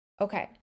Okay